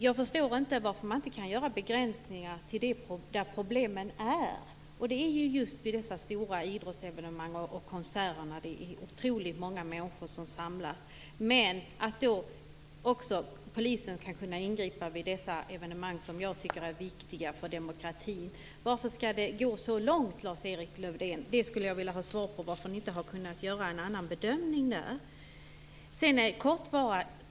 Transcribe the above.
Jag förstår inte varför man inte kan begränsa dem till där problemen finns. Det är just vid dessa stora idrottsevenemang och konserter där det är otroligt många människor som samlas. Men polisen skall även kunna ingripa vid de evenemang som jag tycker är så viktiga för demokratin. Varför skall det gå så långt, Lars-Erik Lövdén? Jag skulle vilja ha svar på varför ni inte har kunnat göra en annan bedömning.